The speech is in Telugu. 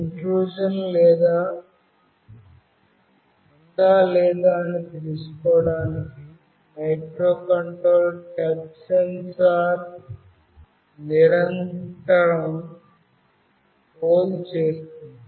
ఇంట్రుషన్ ఉందా లేదా అని తెలుసుకోవడానికి మైక్రోకంట్రోలర్ టచ్ సెన్సార్ను నిరంతరం పోల్ చేస్తుంది